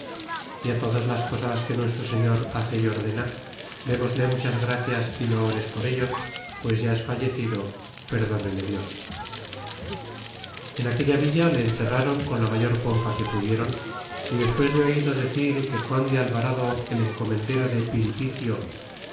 y todas las cosas que nuestro señor hace y ordena demosle muchas gracias y loores por ello pues ya es fallecido perdónele dios en aquella villa le enterrron con la mayor pompa que pudieron y despues he oido decir que juan de alvarado el encomendero de